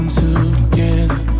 together